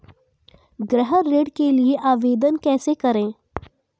गृह ऋण के लिए आवेदन कैसे करें?